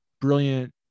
brilliant